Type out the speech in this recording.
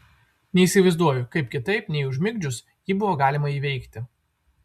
neįsivaizduoju kaip kitaip nei užmigdžius jį buvo galima įveikti